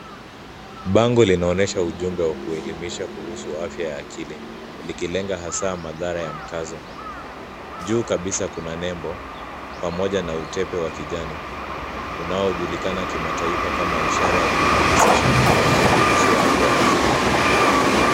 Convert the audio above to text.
Bango linaonyesha ujumbe wa kuelimisha kuhusu afya ya akili ikilenga hasa madhara ya mkazo. Juu kabisa kuna nebo pamoja na utepe wa kijani unaojulikana kimataifa kama ishara ya kuhamasisha kuhusu afya ya akili.